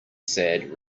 sad